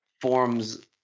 forms